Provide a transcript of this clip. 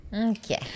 Okay